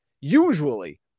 usually